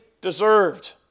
deserved